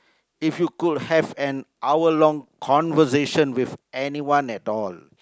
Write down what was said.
if you could have an hour long conversation with anyone at all